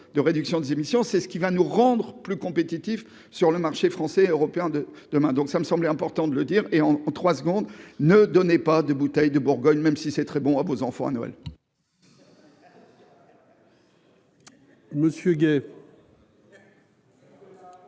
de réduction des émissions, c'est ce qui va nous rendre plus compétitifs sur le marché français et européen de demain, donc ça me semblait important de le dire, et en trois secondes ne donnait pas de bouteille de Bourgogne, même si c'est très bon à vos enfants à Noël.